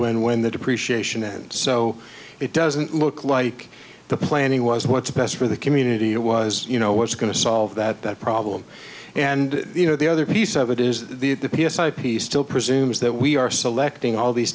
when when the depreciation and so it doesn't look like the planning was what's best for the community it was you know what's going to solve that problem and you know the other piece of it is the p s a p still presumes that we are selecting all these